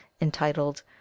entitled